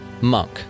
Monk